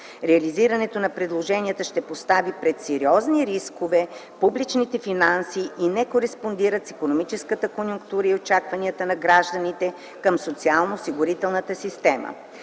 Реализирането на предложенията ще постави пред сериозни рискове публичните финанси и не кореспондират с икономическата конюнктура и очакванията на гражданите към социалноосигурителната система.